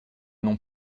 non